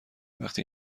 وقتی